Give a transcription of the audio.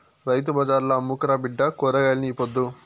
రైతు బజార్ల అమ్ముకురా బిడ్డా కూరగాయల్ని ఈ పొద్దు